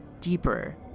deeper